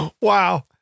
Wow